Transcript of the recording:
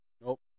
Nope